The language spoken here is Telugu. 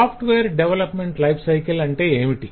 సాఫ్ట్వేర్ డెవలప్మెంట్ లైఫ్ సైకిల్ అంటే ఏమిటి